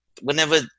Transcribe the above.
whenever